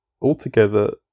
altogether